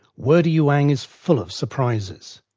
wurdi youang is full of surprises,